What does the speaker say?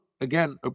again